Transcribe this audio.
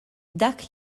dak